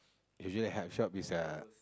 usually health shop is uh